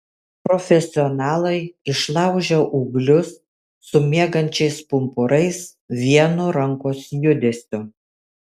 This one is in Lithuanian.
profesionalai išlaužia ūglius su miegančiais pumpurais vienu rankos judesiu